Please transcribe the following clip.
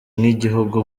nk’igihugu